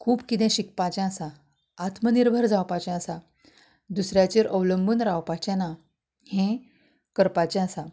खूब किदें शिकपाचे आसा आत्मनिर्भर जावपाचें आसा दुसऱ्याचेर अवलंभून रावपाचें ना हे करपाचें आसा